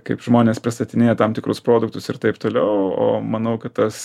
kaip žmonės pristatinėja tam tikrus produktus ir taip toliau o manau kad tas